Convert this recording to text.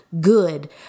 good